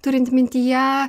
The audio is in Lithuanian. turint mintyje